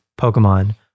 pokemon